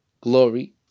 glory